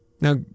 Now